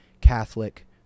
Catholic